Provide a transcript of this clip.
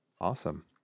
Awesome